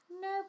nope